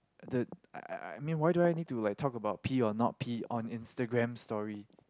the I I I mean why do I need to like talk about pee or not pee on Instagram story